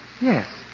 Yes